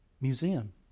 Museum